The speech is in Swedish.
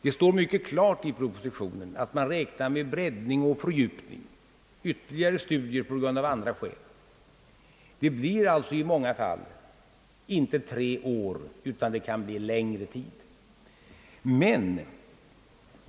Det står mycket klart i propositionen, att man räknar med breddning och fördjupning samt ytterligare studier på grund av andra skäl. Det blir alltså i många fall inte fråga om tre år, utan om längre tid.